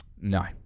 No